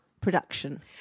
production